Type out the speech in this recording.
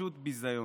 פשוט ביזיון.